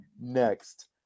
next